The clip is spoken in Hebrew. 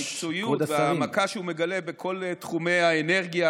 המקצועיות וההעמקה שהוא מגלה בכל תחומי האנרגיה,